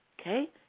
okay